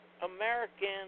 American